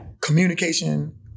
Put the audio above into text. communication